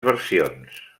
versions